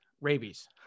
rabies